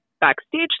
backstage